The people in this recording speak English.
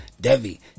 Devi